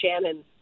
Shannon